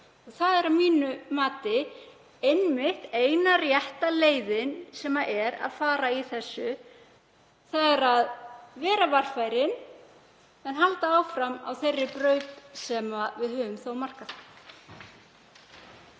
Það er að mínu mati einmitt eina rétta leiðin til að fara í þessu; að vera varfærin en halda áfram á þeirri braut sem við höfum markað.